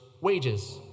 wages